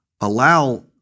allow